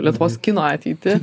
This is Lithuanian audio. lietuvos kino ateitį